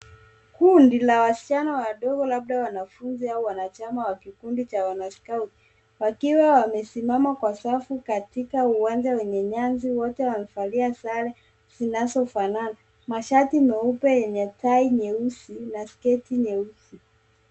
Kundi la wasichana wadogo labda wanafunzi wa wanachama wa kikundi cha wana scout . Wakiwa wamesimama kwa safu katika uwanja wenye nyasi wote wamevalia sare zinazofanana. Mashati meupe yenye tai nyeusi na sketi nyeusi.